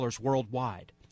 worldwide